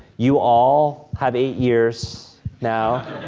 you all have eight years now,